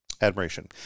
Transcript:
Admiration